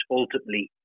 ultimately